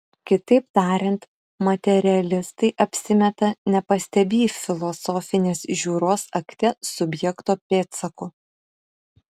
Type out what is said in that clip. kitaip tariant materialistai apsimeta nepastebį filosofinės žiūros akte subjekto pėdsakų